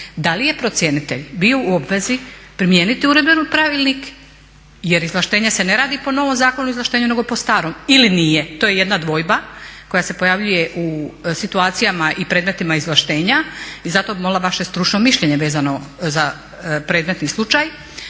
Da li je procjenitelj bio u obvezi primijeniti uredbu ili pravilnik jer izvlaštenje se ne radi po novom Zakonu o izvlaštenju nego po starom ili nije. To je jedna dvojba koja se pojavljuje u situacijama i predmetima izvlaštenja i zato bih molila vaše stručno mišljenje vezano za predmetni slučaj.